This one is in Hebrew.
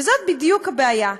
וזאת בדיוק הבעיה,